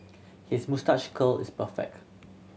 his moustache curl is perfect